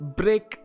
break